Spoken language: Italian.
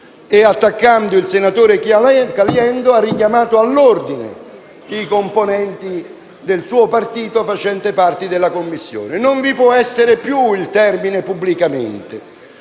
e, attaccando il senatore Caliendo, ha richiamato all'ordine i componenti del suo partito facenti parte della Commissione: non vi può più essere il termine «pubblicamente».